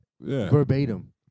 verbatim